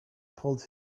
pulled